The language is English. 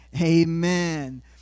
Amen